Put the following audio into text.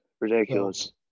Ridiculous